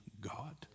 God